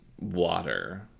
water